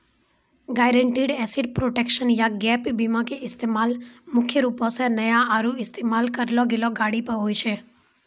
guaranteed asset protection या gap बीमा के इस्तेमाल मुख्य रूपो से नया आरु इस्तेमाल करलो गेलो गाड़ी पर होय छै